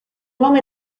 nome